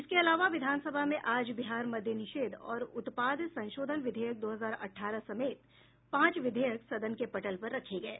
इसके अलावा विधानसभा में आज बिहार मद्य निषेध और उत्पाद संशोधन विधयेक दो हजार अठारह समेत पांच विधेयक सदन के पटल पर रखे गये